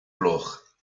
gloch